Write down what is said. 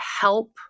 help